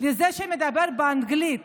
לזה שמדבר באנגלית